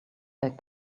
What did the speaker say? back